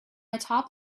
atop